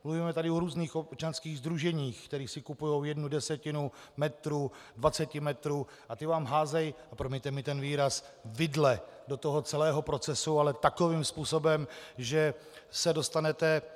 Mluvíme tady o různých občanských sdruženích, která si kupují jednu desetinu metru, dvacetinu metru, a ta vám házejí, promiňte mi ten výraz, vidle do toho celého procesu, ale takovým způsobem, že se dostanete...